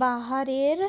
बाहर रे